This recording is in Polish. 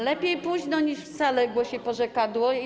Lepiej późno niż wcale - głosi porzekadło.